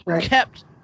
kept